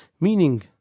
meaning